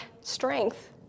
strength